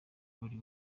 buri